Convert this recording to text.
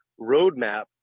roadmap